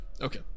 Okay